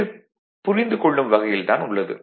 இது புரிந்து கொள்ளும் வகையில் தான் உள்ளது